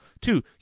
Two